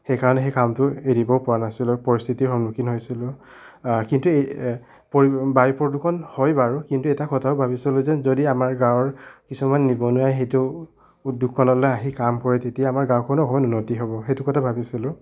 সেইকাৰণে সেই কামটো এৰিব পৰা নাছিলোঁ পৰিস্থিতিৰ সন্মুখীন হৈছিলোঁ কিন্তু এই পৰি বায়ু প্ৰদূষণ হয় বাৰু কিন্তু এটা কথাও ভাবিছোঁ যেন যদি আমাৰ গাঁৱৰ কিছুমান নিবনুৱাই সেইটো উদ্যাগখনলৈ আহি কাম কৰে তেতিয়া আমাৰ গাঁওখনো অকণমান উন্নতি হ'ব সেইটো কথা ভাবিছিলোঁ